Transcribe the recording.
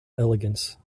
elegance